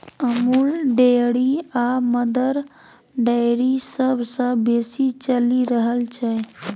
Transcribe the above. Amul dairy आ Mother Dairy सबसँ बेसी चलि रहल छै